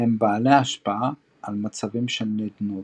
הם בעלי השפעה על מצבים של נדנוד.